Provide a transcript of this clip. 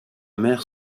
mère